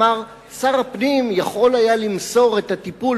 אמר שר הפנים שיכול היה למסור את הטיפול